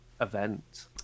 Event